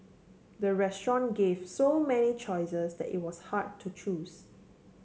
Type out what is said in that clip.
the restaurant gave so many choices that it was hard to choose